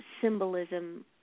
symbolism